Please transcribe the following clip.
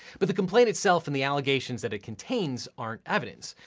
but the complaint itself and the allegations that it contains aren't evidence.